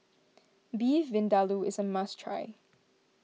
Beef Vindaloo is a must try